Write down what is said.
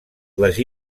les